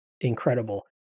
incredible